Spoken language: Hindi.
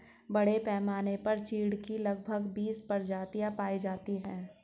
बड़े पैमाने पर चीढ की लगभग बीस प्रजातियां पाई जाती है